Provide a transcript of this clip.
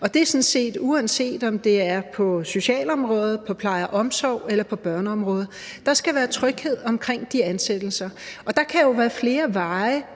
Og det er sådan set, uanset om det er på socialområdet, på pleje- og omsorgsområdet eller på børneområdet. Der skal være tryghed omkring de ansættelser, og der kan jo være flere veje